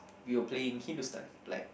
we were playing Hindustan like